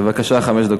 בבקשה, חמש דקות.